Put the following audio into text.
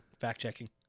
Fact-checking